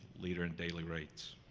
leader in daily rate.